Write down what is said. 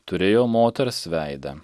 turėjo moters veidą